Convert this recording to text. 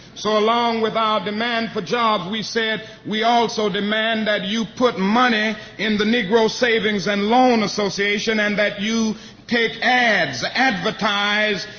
so along with our demand for jobs, we said, we also demand that you put money in the negro savings and loan association and that you take ads, advertise,